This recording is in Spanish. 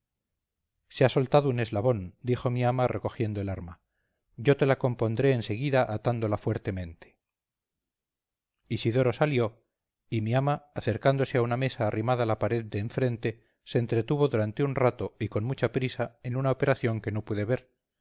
se ha saltado un eslabón dijo mi ama recogiendo el arma yo te la compondré en seguida atándola fuertemente isidoro salió y mi ama acercándose a una mesa arrimada a la pared de en frente se entretuvo durante un rato y con mucha prisa en una operación que no pude ver